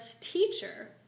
teacher